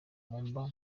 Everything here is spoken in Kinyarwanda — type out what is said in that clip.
muamba